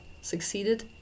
succeeded